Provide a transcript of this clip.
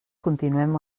continuem